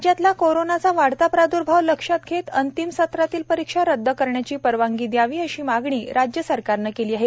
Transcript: राज्यातला कोरोनाचा वाढता प्राद्र्भाव लक्षात घेत अंतिम सत्रातील परीक्षा रद्द करण्याची परवानगी द्यावी अशी मागणी राज्य सरकारने केली आहे